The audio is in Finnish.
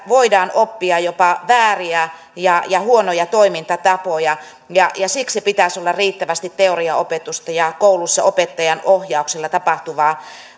voidaan oppia jopa vääriä ja ja huonoja toimintatapoja ja siksi pitäisi olla riittävästi teoriaopetusta ja koulussa opettajan ohjauksella tapahtuvaa